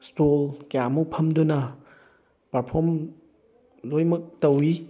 stall ꯀꯌꯥ ꯑꯃ ꯐꯝꯗꯨꯅ ꯄꯔꯐꯣꯔꯝ ꯂꯣꯏꯅꯃꯛ ꯇꯧꯏ